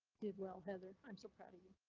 did well, heather i'm so proud of you.